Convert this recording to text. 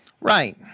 Right